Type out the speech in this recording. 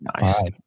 Nice